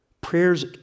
Prayer's